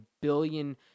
billion